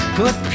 put